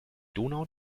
donau